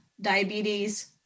diabetes